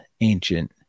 ancient